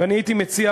והייתי מציע